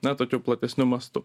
na tokiu platesniu mastu